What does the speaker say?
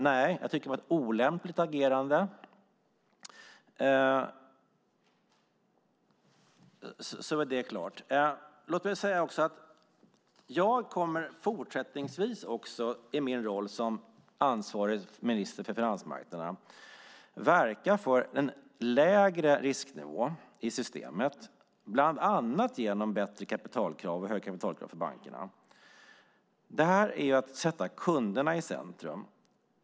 Nej, jag tycker att det var ett olämpligt agerande. Låt mig också säga att jag fortsättningsvis i min roll som ansvarig minister för finansmarknaden kommer att verka för en lägre risknivå i systemet, bland annat genom högre kapitalkrav för bankerna. Det är att sätta kunderna i centrum.